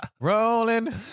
rolling